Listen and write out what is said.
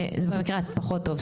טוב,